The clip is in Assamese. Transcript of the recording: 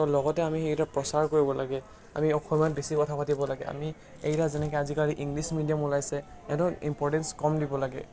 তো লগতে আমি এইটো প্ৰচাৰ কৰিব লাগে আমি অসমীয়াত বেছি কথা পাতিব লাগে আমি এইকেইটা যেনেকৈ আজি ইংলিছ মিডিয়াম ওলাইছে এইটোক ইম্পৰ্টেঞ্চ কম দিব লাগে